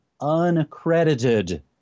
unaccredited